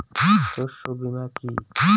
শস্য বীমা কি?